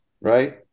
Right